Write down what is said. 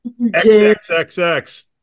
XXXX